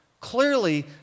Clearly